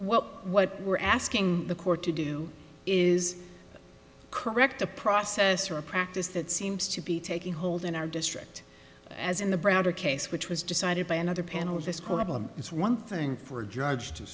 what what we're asking the court to do is correct a process or a practice that seems to be taking hold in our district as in the broader case which was decided by another panel of this quote it's one thing for a judge to